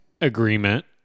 agreement